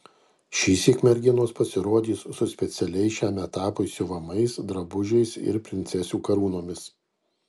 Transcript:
šįsyk merginos pasirodys su specialiai šiam etapui siuvamais drabužiais ir princesių karūnomis